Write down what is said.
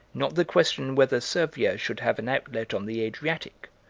not the question whether servia should have an outlet on the adriatic,